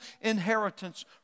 inheritance